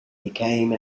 became